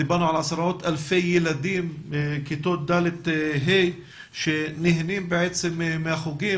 דיברנו על עשרות אלפי ילדים מכיתות ד'-ה' שנהנים מהחוגים.